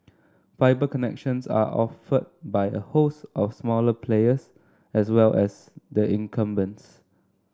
fibre connections are offered by a host of smaller players as well as the incumbents